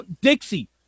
Dixie